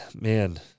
man